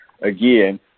again